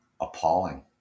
appalling